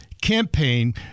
Campaign